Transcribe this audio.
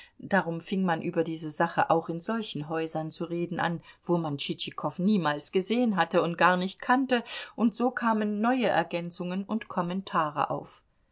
darum fing man über diese sache auch in solchen häusern zu reden an wo man tschitschikow niemals gesehen hatte und gar nicht kannte und so kamen neue ergänzungen und kommentare auf